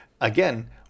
again